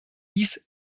dies